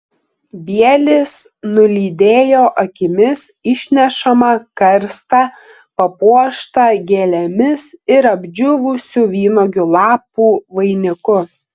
bielis nulydėjo akimis išnešamą karstą papuoštą gėlėmis ir apdžiūvusių vynuogių lapų vainiku